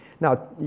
Now